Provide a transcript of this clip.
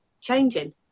changing